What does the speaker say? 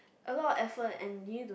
a lot of afford and you need to